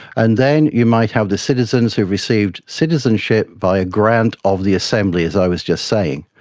and then you might have the citizens who received citizenship by a grant of the assembly, as i was just saying.